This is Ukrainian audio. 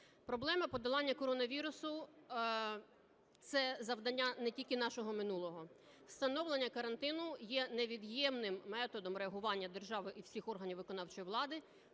Проблема подолання коронавірусу - це завдання не тільки нашого минулого, встановлення карантину є невід'ємним методом реагування держави і всіх органів виконавчої влади